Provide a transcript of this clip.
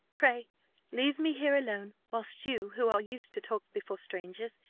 pray leave me here alone, whilst you, who are used to talk before strangers,